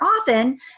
often